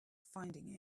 finding